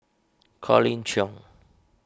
Colin Cheong